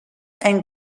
and